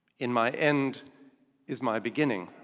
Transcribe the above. in my end is my beginning.